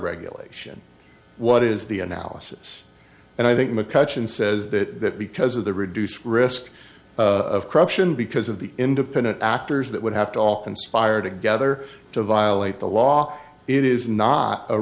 regulation what is the analysis and i think mccutcheon says that because of the reduced risk of corruption because of the independent actors that would have to all conspire together to violate the law it is not a